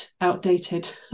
outdated